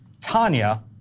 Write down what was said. Tanya